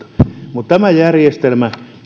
tämä järjestelmä